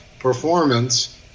performance